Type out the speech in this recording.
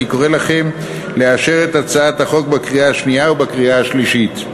אני קורא לכם לאשר את הצעת החוק בקריאה השנייה ובקריאה השלישית.